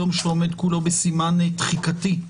יום שעומד כולו בסימן דחיקתי,